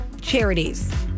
charities